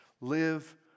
Live